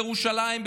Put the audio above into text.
בירושלים,